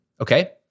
okay